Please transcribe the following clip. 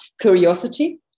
curiosity